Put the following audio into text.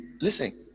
listen